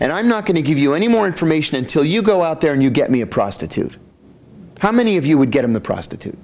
and i'm not going to give you any more information until you go out there and you get me a prostitute how many of you would get in the prostitute